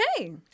Okay